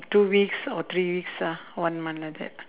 two weeks or three weeks ah one month like that